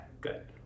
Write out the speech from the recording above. good